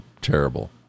terrible